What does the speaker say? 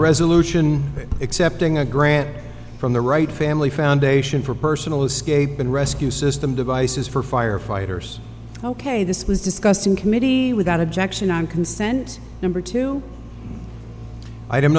resolution accepting a grant from the right family foundation for personal escape and rescue system devices for firefighters ok this was discussed in committee without objection on consent number two i